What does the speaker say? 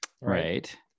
Right